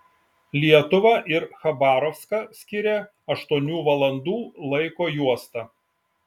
lietuvą ir chabarovską skiria aštuonių valandų laiko juosta